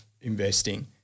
investing